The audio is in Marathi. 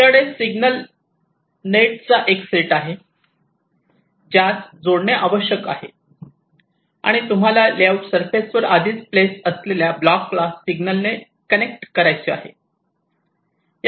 तुमच्याकडे सिग्नल नेट चा एक सेट आहे ज्यास जोडणे आवश्यक आहे आणि तुम्हाला लेआउट सरफेस वर आधीच प्लेस असलेल्या ब्लॉक ला सिग्नल ने कनेक्ट करायचे आहे